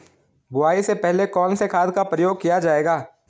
बुआई से पहले कौन से खाद का प्रयोग किया जायेगा?